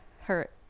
hurt